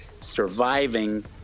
surviving